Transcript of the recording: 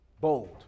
bold